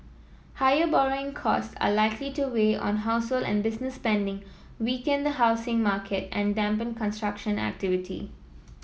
higher borrowing costs are likely to weigh on household and business spending weaken the housing market and dampen construction activity